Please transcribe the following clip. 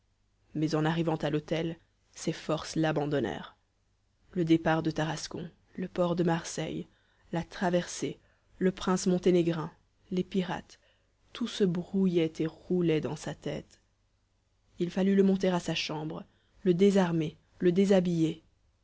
mais en arrivant à l'hôtel ses forces l'abandonnèrent le départ de tarascon le port de marseille la traversée le prince monténégrin les pirates tout se brouillait et roulait dans sa tête il fallut le monter à sa chambre le désarmer le déshabiller